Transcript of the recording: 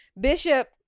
bishop